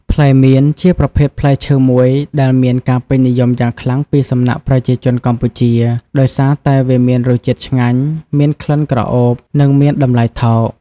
ផ្លែមៀន ជាប្រភេទផ្លែឈើមួយដែលមានការពេញនិយមយ៉ាងខ្លាំងពីសំណាក់ប្រជាជនកម្ពុជា ដោយសារតែវាមានរសជាតិឆ្ងាញ់ មានក្លិនក្រអូប និងមានតម្លៃថោក។